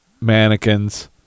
mannequins